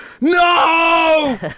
no